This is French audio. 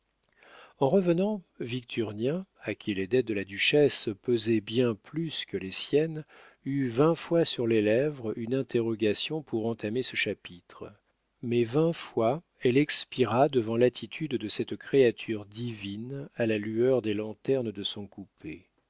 en revenant victurnien à qui les dettes de la duchesse pesaient bien plus que les siennes eut vingt fois sur les lèvres une interrogation pour entamer ce chapitre mais vingt fois elle expira devant l'attitude de cette créature divine à la lueur des lanternes de son coupé